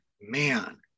Man